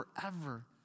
forever